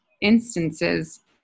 instances